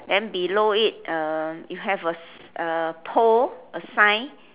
then below it uh you have a s~ a pole a sign